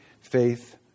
faith